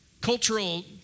Cultural